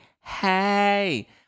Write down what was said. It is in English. hey